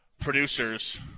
producers